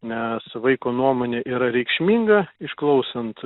nes vaiko nuomonė yra reikšminga išklausant